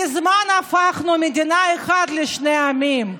מזמן הפכנו למדינה אחת לשני עמים.